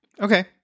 Okay